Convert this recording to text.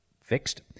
fixed